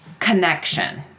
Connection